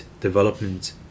development